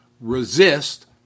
resist